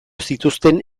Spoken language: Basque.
zituzten